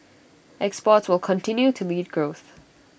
exports will continue to lead growth